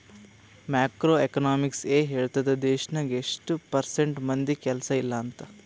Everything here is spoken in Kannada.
ಮ್ಯಾಕ್ರೋ ಎಕನಾಮಿಕ್ಸ್ ಎ ಹೇಳ್ತುದ್ ದೇಶ್ನಾಗ್ ಎಸ್ಟ್ ಪರ್ಸೆಂಟ್ ಮಂದಿಗ್ ಕೆಲ್ಸಾ ಇಲ್ಲ ಅಂತ